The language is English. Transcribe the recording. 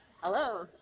Hello